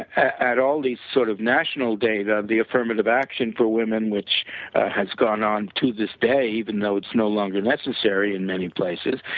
all these sort of national data, the affirmative action for women which has gone on to this day even though it's no longer necessary in many places,